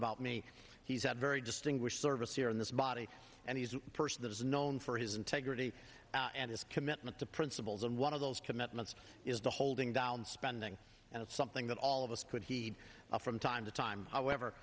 about me he's a very distinguished service here in this body and he's a person that is known for his integrity and his commitment to principles and one of those commitments is the holding down spending and it's something that all of us could heed from time to time however